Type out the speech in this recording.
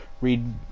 read